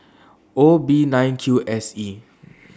O B nine Q S E